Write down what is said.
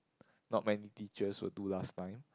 not many teachers would do last time